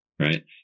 right